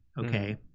okay